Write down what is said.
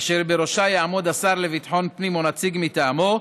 אשר בראשה יעמוד השר לביטחון פנים או נציג מטעמו,